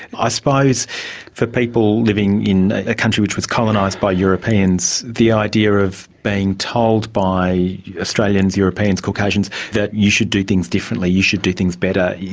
i suppose for people living in a country which was colonised by europeans, the idea of being told by australians, europeans, caucasians that you should do things differently, you should do things better,